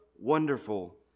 wonderful